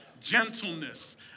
gentleness